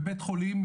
בבית חולים,